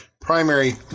primary